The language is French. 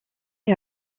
est